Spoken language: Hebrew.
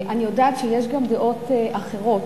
אני יודעת שיש גם דעות אחרות,